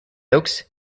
oaks